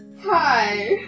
Hi